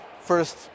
first